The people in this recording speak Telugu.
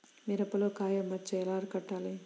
మిరపలో కాయ మచ్చ ఎలా అరికట్టాలి?